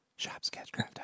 ShopSketchcraft.com